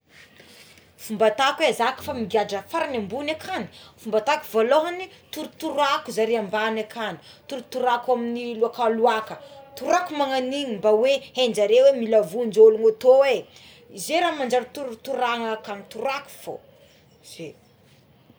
Fomba ataoko é za kôfa migadra faragny ambony akany fomba ataoko voalohany torotoroako zare ambany akany torotoroako amigny loakaloaka torahako magnagn'igny mba oe hainjareo é mila vonjy olo atô é ze raha manjary torototoana akagny toroako fogna zay.